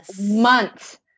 months